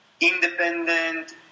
independent